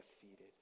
defeated